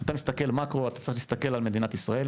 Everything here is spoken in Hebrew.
אתה צריך להסתכל מאקרו, להסתכל על מדינת ישראל.